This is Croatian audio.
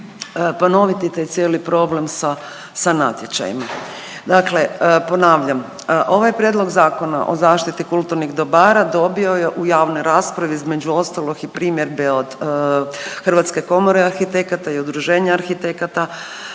ponoviti taj cijeli problem sa natječajima.